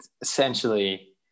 essentially